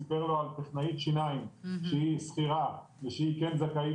סיפר לו על טכנאית שיניים שהיא שכירה ושהיא כן זכאית